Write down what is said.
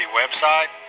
website